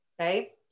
okay